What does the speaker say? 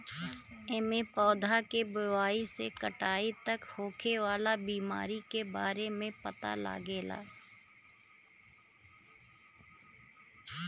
एमे पौधा के बोआई से कटाई तक होखे वाला बीमारी के बारे में पता लागेला